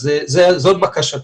אז זאת בקשתי.